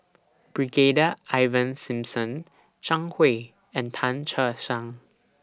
Brigadier Ivan Simson Zhang Hui and Tan Che Sang